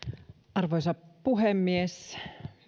arvoisa puhemies hyvä